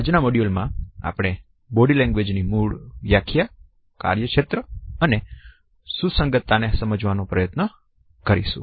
આજના મોડ્યુલમાં આપણે બોડી લેંગ્વેજ ની મૂળ વ્યાખ્યા કાર્યક્ષેત્ર અને સુસંગતતા ને સમજવાનો પ્રયત્ન કરીશું